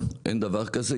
לא, אין דבר כזה.